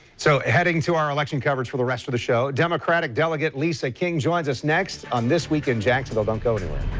so heading to our election coverage for the rest of the show, democratic delegate lisa king joins us next on this week in jacksonville. don't go anywher